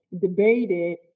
debated